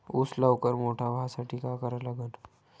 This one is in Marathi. ऊस लवकर मोठा व्हासाठी का करा लागन?